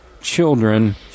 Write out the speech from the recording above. children